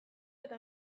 eta